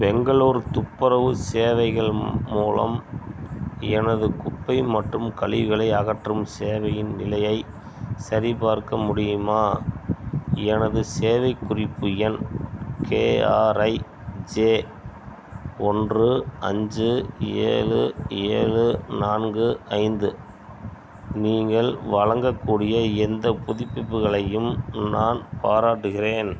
பெங்களூர் துப்புரவு சேவைகள் மூலம் எனது குப்பை மற்றும் கழிவுகளை அகற்றும் சேவையின் நிலையைச் சரிபார்க்க முடியுமா எனது சேவை குறிப்பு எண் கேஆர்ஐஜே ஒன்று அஞ்சு ஏழு ஏழு நான்கு ஐந்து நீங்கள் வழங்கக்கூடிய எந்த புதுப்பிப்புகளையும் நான் பாராட்டுகிறேன்